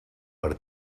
per